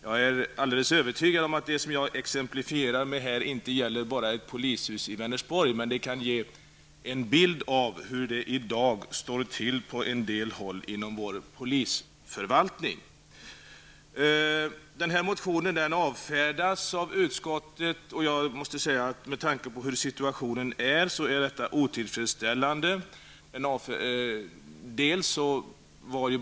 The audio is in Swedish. Jag är alldeles övertygad om att det som jag exemplifierar med här inte gäller bara polishuset i Vänersborg, men det kan ge en bild av hur det i dag står till på en del håll inom vår polisförvaltning. Motionen avfärdas av utskottet, och jag måste säga med tanke på hur situationen ser ut att detta är otillfredsställande.